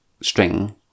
string